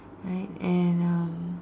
right and um